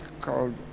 called